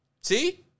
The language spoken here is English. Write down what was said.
See